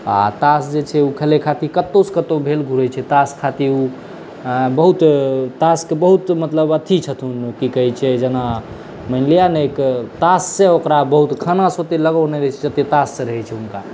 आ तास जे छै ओ खेलय खातिर कतौ सँ कतौ भेल घुरै छै तास खातिर ओ बहुत तासके बहुत मतलब अथी छथुन जेना मानि लिअ ने एक तास से ओकरा बहुत खाना सँ ओते लगाव नहि रहै छै जते तास से रहै छै हुनका